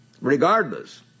Regardless